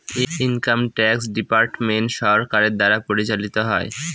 income tax department সরকারের দ্বারা পরিচালিত হয়